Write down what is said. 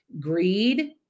Greed